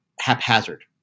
haphazard